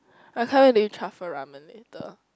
I can't wait to eat truffle ramen later